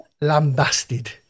lambasted